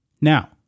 Now